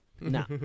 No